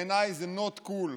בעיניי זה not cool.